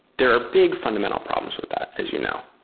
there are big fundamental problems with that as you know.